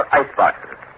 iceboxes